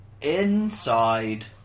Inside